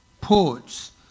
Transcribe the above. ports